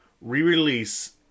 re-release